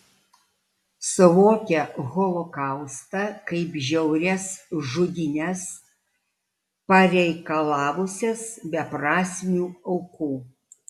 suvokia holokaustą kaip žiaurias žudynes pareikalavusias beprasmių aukų